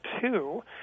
two